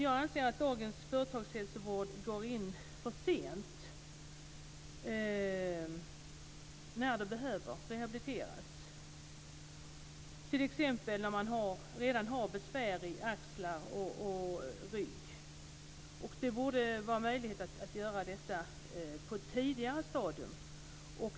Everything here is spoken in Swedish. Jag anser att dagens företagshälsovård går in för sent när det finns behov av rehabilitering, t.ex. när man redan har besvär i axlar och rygg. Det borde vara möjligt att gå in på ett tidigare stadium.